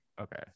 okay